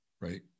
Right